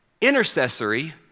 Intercessory